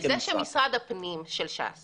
תראה, זה שמשרד הפנים של ש"ס